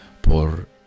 por